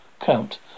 Count